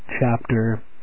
chapter